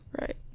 Right